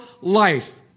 life